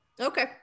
Okay